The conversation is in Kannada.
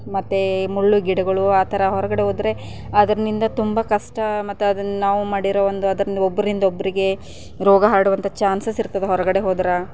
ಮತ್ತು ಮುಳ್ಳು ಗಿಡಗಳು ಆ ಥರ ಹೊರಗಡೆ ಹೋದರೆ ಅದರಿಂದ ತುಂಬ ಕಷ್ಟ ಮತ್ತು ಅದನ್ನು ನಾವು ಮಾಡಿರೋ ಒಂದು ಅದರಿಂದ ಒಬ್ಬರಿಂದ ಒಬ್ಬರಿಗೆ ರೋಗ ಹರಡುವಂಥ ಚಾನ್ಸಸ್ ಇರ್ತದ ಹೊರಗಡೆ ಹೋದರೆ